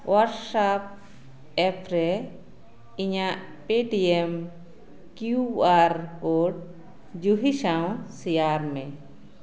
WhatsApp app ᱨᱮ ᱤᱧᱟᱹᱜ Paytm Q R code ᱡᱩᱦᱤ ᱥᱟᱶ ᱥᱮᱭᱟᱨ ᱢᱮ